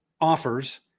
offers